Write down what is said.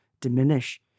diminish